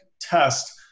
test